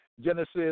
Genesis